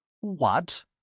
What